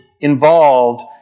involved